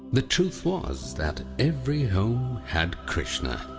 the truth was that every home had krishna.